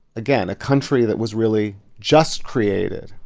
again, a country that was really just created,